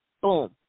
boom